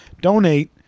Donate